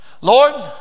Lord